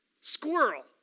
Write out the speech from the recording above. Squirrel